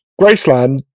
Graceland